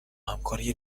همکاری